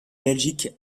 belgique